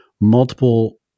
multiple